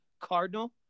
cardinal